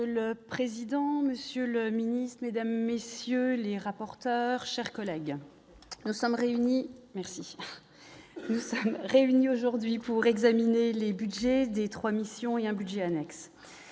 Monsieur le président, Monsieur le Ministre Mesdames, messieurs les rapporteurs, chers collègues, nous sommes réunis, merci, il se réunit aujourd'hui pour examiner les Budgets des 3 missions et un budget annexe